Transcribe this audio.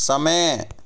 समय